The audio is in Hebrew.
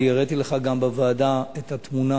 אני הראיתי לך גם בוועדה את התמונה.